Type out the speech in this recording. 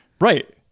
Right